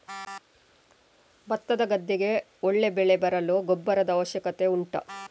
ಭತ್ತದ ಗದ್ದೆಗೆ ಒಳ್ಳೆ ಬೆಳೆ ಬರಲು ಗೊಬ್ಬರದ ಅವಶ್ಯಕತೆ ಉಂಟಾ